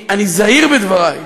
אני זהיר בדברי,